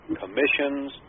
commissions